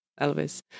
Elvis